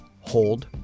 Hold